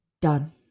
done